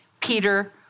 Peter